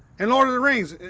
and lord of the rings,